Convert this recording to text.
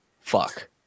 fuck